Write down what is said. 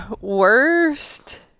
Worst